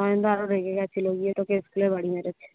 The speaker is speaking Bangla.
নয়নদা আরো রেগে গেছিল দিয়ে তোকে স্কেলের বাড়ি মেরেছে